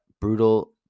Brutal